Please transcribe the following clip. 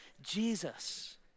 Jesus